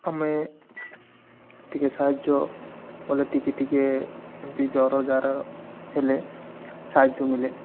ଆମେ ଟିକେ ସାହାଯ୍ୟ ଗଲେ ଟିକେ ଟିକେ ଏମିତି ଜ୍ଵର ଜାର ହେଲେ ସାହାଯ୍ୟ ମିଳେ